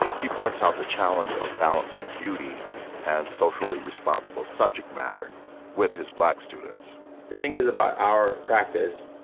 he points out the challenge of balancing beauty and socially responsible subject matter with his black students the thing is about our practice.